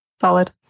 solid